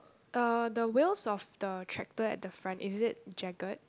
uh the wheels of the tractor at the front is it jagged